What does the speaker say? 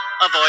avoid